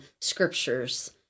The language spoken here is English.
scriptures